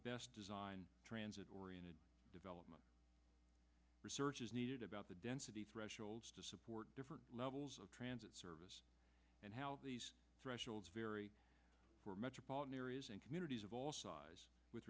best design transit oriented development research is needed about the density thresholds to support different levels of transit service and how the threshold for metropolitan areas and communities of all size with